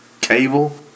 cable